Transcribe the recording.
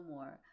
More